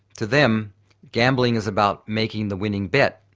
to them gambling is about making the winning bet,